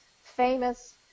famous